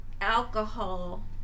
alcohol